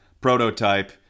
prototype